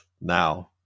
now